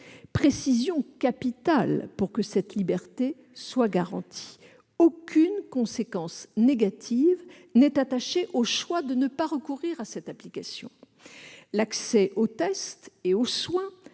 Précision capitale pour que cette liberté soit garantie : aucune conséquence négative n'est attachée au choix de ne pas recourir à cette application. L'accès aux tests et aux soins,